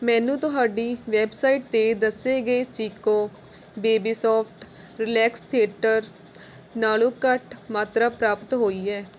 ਮੈਨੂੰ ਤੁਹਾਡੀ ਵੈੱਬਸਾਈਟ 'ਤੇ ਦੱਸੇ ਗਏ Chicco baby soft relax teether ਨਾਲੋਂ ਘੱਟ ਮਾਤਰਾ ਪ੍ਰਾਪਤ ਹੋਈ ਹੈ